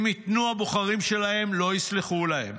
אם ייתנו, הבוחרים שלהם לא יסלחו להם.